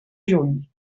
juny